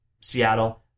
Seattle